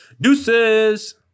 Deuces